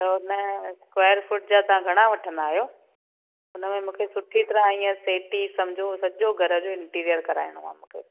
त न square foot जा तव्हां घणा वठंदा आहियो हुन में मूंखे सुठी तरह ईंअ सेट ई सम्झो सॼो घर जो इंटीरियर कराइणो आहे मूंखे